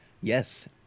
yes